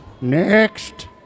next